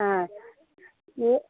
ಹಾಂ ಇವು